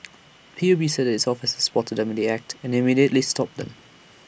P U B said its officers spotted them in the act and immediately stopped them